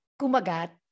kumagat